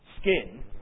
skin